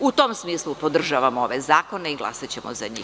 U tom smislu, podržavamo ove zakone i glasaćemo za njih.